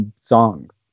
songs